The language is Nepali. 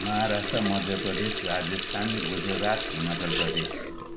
महाराष्ट्र मध्य प्रदेश राजस्थान गुजरात हिमाचल प्रदेश